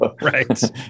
right